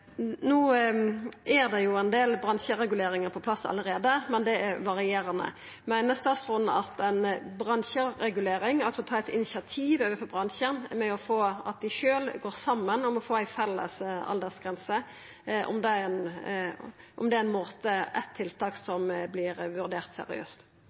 Det er ein del bransjereguleringar på plass allereie, men det er varierande. Meiner statsråden at bransjeregulering, å ta initiativ overfor bransjen og få dei til å gå saman om å få ei felles aldersgrense, kan vera eit tiltak å vurdera seriøst? Når det gjelder aldersgrense, er